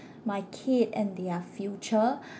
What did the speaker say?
my kid and their future